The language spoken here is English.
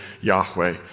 Yahweh